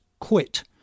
quit